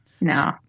No